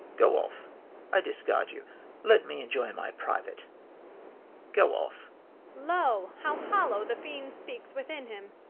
go off i discard you let me enjoy my private go off lo, how hollow the fiend speaks within him!